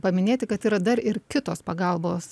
paminėti kad yra dar ir kitos pagalbos